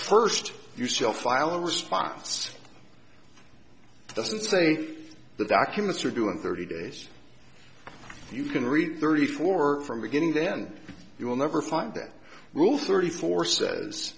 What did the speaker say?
first you still file a response doesn't say the documents are doing thirty days you can read thirty four from beginning then you will never find that rule thirty four says